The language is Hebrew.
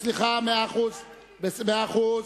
מאה אחוז.